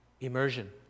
immersion